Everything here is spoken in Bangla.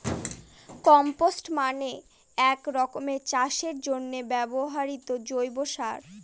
কম্পস্ট মানে এক রকমের চাষের জন্য ব্যবহৃত জৈব সার